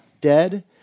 dead